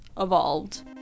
evolved